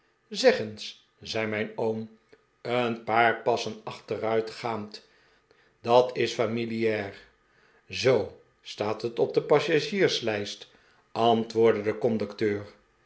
eens zei mijn oom een paar passen achteruit gaand dat is familiaar zoo staat het op de passagierslijst antwoordde de conducteur